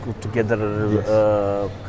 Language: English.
together